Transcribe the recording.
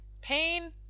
pain